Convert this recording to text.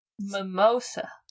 mimosa